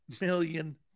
million